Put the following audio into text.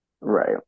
right